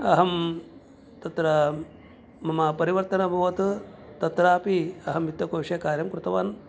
अहं तत्र मम परिवर्तनम् अभवत् तत्रापि अहं वित्तकोषे कार्यं कृतवान्